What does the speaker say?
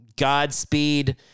Godspeed